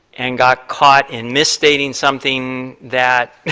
and got caught in misstating something that